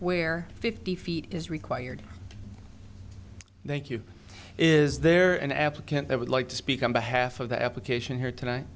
where fifty feet is required thank you is there an applicant i would like to speak on behalf of the application here tonight